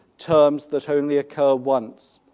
terms that only occur once.